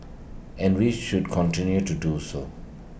and we should continue to do so